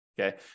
Okay